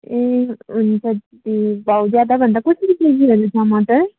ए हुन्छ दिदी भाउ ज्यादा भन्दा कसरी केजी हो नि टमाटर